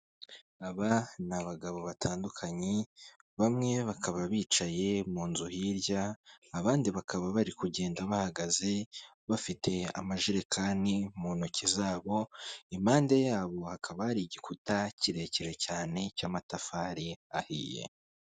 Aba ni abagabo batandukanye bamwe bakaba bicaye mu nzu hirya abandi bakaba bari kugenda bahagaze bafite amajerekani mu ntoki zabo impande yabo hakaba ari igikuta kirekire cyane cy'amatafari ahiye.